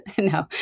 No